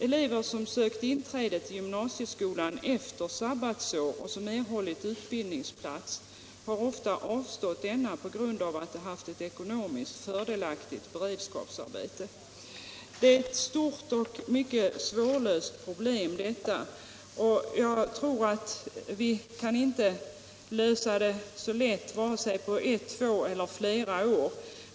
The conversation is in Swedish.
Elever som sökt inträde till gymnasieskolan efter sabbatsår och som erhållit utbildningsplats har ofta avstått denna på grund av att de haft ett ekonomiskt fördelaktigt beredskapsarbete. Detta är ett stort och mycket svårlöst problem. Jag tror inte att vi kan lösa det så lätt på vare sig ett, två eller flera år.